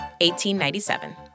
1897